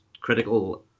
critical